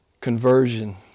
conversion